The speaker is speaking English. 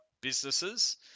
businesses